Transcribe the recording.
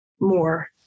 more